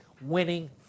winning